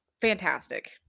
fantastic